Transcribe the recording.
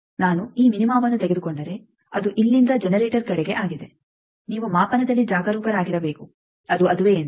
ನಾನು ಈ ಮಿನಿಮವನ್ನು ತೆಗೆದುಕೊಂಡರೆ ಅದು ಇಲ್ಲಿಂದ ಜನರೇಟರ್ ಕಡೆಗೆ ಆಗಿದೆ ನೀವು ಮಾಪನದಲ್ಲಿ ಜಾಗರೂಕರಾಗಿರಬೇಕು ಅದು ಅದುವೇ ಎಂದು